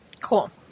Cool